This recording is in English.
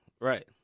Right